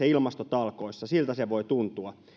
ilmastotalkoissa siltä se voi tuntua